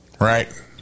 Right